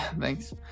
Thanks